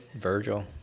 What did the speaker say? Virgil